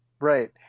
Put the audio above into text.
Right